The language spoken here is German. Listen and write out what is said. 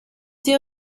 sie